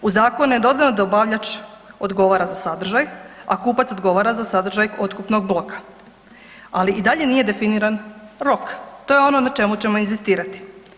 U zakonu je dodano da dobavljač odgovara za sadržaj, a kupac odgovara za sadržaj otkupnog bloka, ali i dalje nije definiran rok, to je ono na čemu ćemo inzistirati.